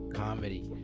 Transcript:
comedy